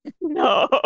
no